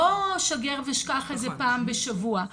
לא שגר ושכח איזה פעם בשבוע,